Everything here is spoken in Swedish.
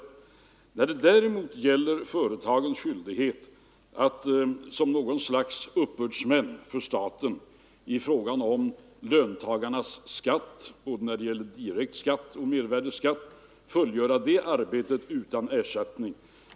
Detta om detta. En annan sak är företagens skyldighet att vara något slags uppbördsmän för staten i fråga om löntagarnas skatt — det gäller både direkt skatt och mervärdeskatt — och fullgöra det arbetet utan ersättning.